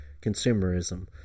Consumerism